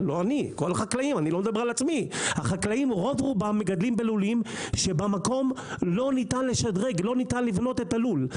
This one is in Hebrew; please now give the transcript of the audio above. רובם של החקלאים מגדלים בלולים במקום שבו לא ניתן לבנות את הלול.